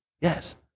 yes